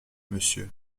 monsieur